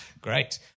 Great